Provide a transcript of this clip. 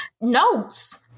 notes